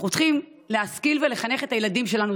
אנחנו צריכים להשכיל ולחנך את הילדים שלנו,